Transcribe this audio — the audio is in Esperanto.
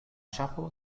ŝafo